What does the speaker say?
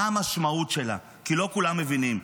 מה המשמעות שלה, כי לא כולם מבינים.